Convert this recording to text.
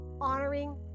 honoring